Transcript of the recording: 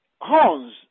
horns